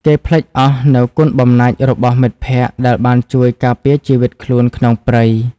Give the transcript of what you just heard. គេភ្លេចអស់នូវគុណបំណាច់របស់មិត្តភក្តិដែលបានជួយការពារជីវិតខ្លួនក្នុងព្រៃ។